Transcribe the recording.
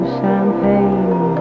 champagne